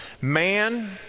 Man